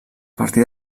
partir